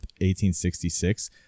1866